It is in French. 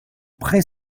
pré